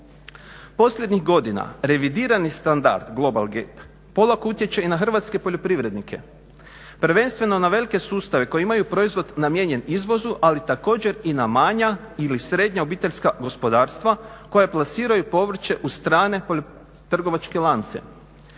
Posljednjih godina revidirani standard global gap polako utječe i na hrvatske poljoprivrednike, prvenstveno na velike sustave koji imaju proizvod namijenjen izvozu, ali također i na manja ili srednja obiteljska gospodarstva koja plasiraju povrće u strane trgovačke lance.